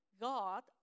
God